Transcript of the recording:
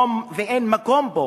ואין מקום בו